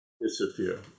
disappear